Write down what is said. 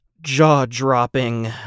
jaw-dropping